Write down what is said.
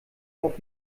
auch